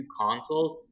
consoles